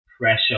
pressure